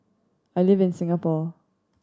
I live in Singapore